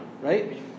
Right